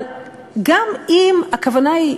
אבל גם אם הכוונה היא,